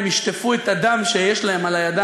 הציבור ששלח אותך, תראה, עודה,